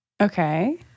Okay